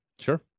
Sure